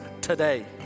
today